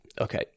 Okay